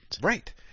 right